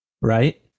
right